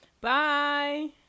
Bye